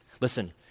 Listen